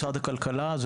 הכלכלה,